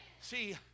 See